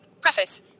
Preface